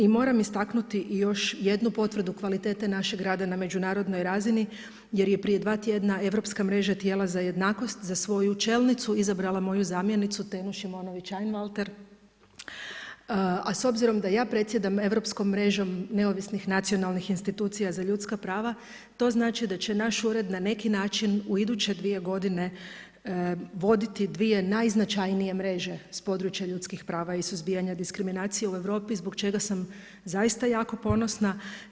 I moram istaknuti i još jednu potvrdu kvalitete našeg rada na međunarodnoj razini, jer je prije dva tjedna europska mreža tijela za jednakost, za svoju čelnicu izabrala moju zamjenicu Tenu Šimonović Einwalter a s obzirom da ja predsjedam Europskom mrežom europskih nacionalnih institucija za ljudska prava to znači da će naš ured na neki način u iduće dvije godine voditi dvije najznačajnije mreže s područja ljudskih prava i suzbijanja diskriminacije u Europi zbog čega sam zaista jako ponosna.